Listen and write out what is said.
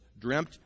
dreamt